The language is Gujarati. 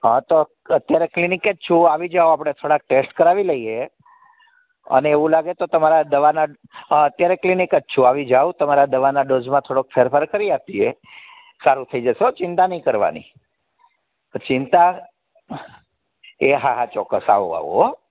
હાં તો અત્યારે ક્લિનિક જ છું આવી જાવ આપડે થોડાક ટેસ્ટ કરાવી લઈએ અને એવું લાગે તો તમારા દવાના અટેરે ક્લિનિક જ છું આવૈ જાવ તમારા દવાના ડોઝમાં થોડોક સરભર કરી આપીએ સારું થઈ જશે હો ચિતા નઇ કરવાની ચિંતા એ હાં હાં ચોકસ આવો આવો હઁ